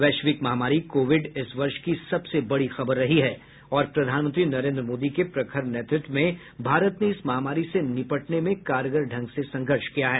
वैश्विक महामारी कोविड इस वर्ष की सबसे बड़ी खबर रही है और प्रधानमंत्री नरेन्द्र मोदी के प्रखर नेतृत्व में भारत ने इस महामारी से निपटने में कारगर ढंग से संघर्ष किया है